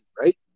right